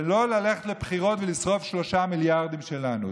ולא ללכת לבחירות ולשרוף 3 מיליארדים שלנו.